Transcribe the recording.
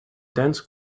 dense